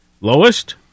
Lowest